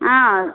ஆ